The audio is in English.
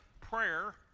prayer